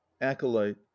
Acolyte